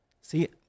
see